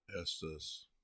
Estes